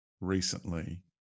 recently